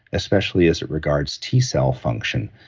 especially as it regards t-cell function,